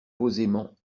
posément